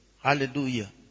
Hallelujah